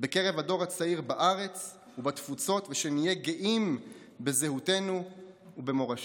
בקרב הדור הצעיר בארץ ובתפוצות ולהיות גאים בזהותנו ובמורשתנו.